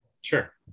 Sure